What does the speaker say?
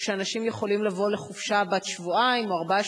או שאנשים יכולים לבוא לחופשה בת שבועיים או ארבעה